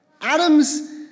Adam's